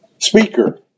speaker